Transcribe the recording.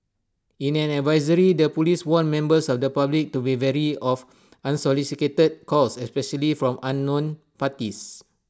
in an advisory their Police warned members of the public to be wary of unsolicited calls especially from unknown parties